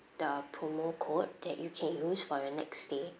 the promo code that you can use for your next stay